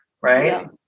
right